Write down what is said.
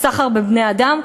הסחר בבני-אדם,